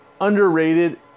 Underrated